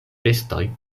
bestoj